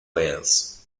wales